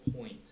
point